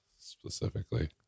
Specifically